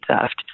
theft